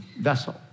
vessel